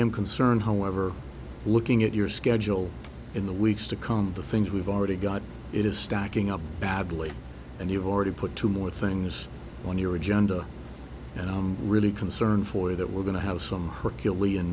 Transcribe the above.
am concerned however looking at your schedule in the weeks to come the things we've already got it is stacking up badly and you've already put two more things on your agenda and i'm really concerned for that we're going to have some herculean